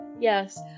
Yes